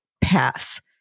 pass